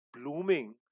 blooming